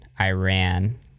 Iran